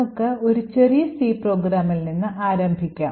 നമുക്ക് ഒരു ചെറിയ സി പ്രോഗ്രാമിൽ നിന്ന് ആരംഭിക്കാം